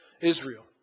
Israel